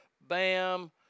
Bam